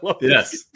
yes